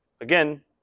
again